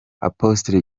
apostle